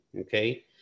okay